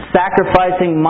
sacrificing